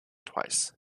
twice